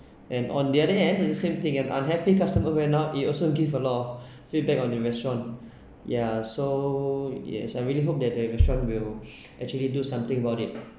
and on the other hand it's the same thing an unhappy customer went out he also give a lot of feedback on your restaurant ya so yes I really hope that the restaurant will actually do something about it